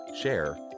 share